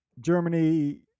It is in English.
Germany